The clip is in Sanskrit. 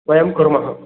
वयं कुर्मः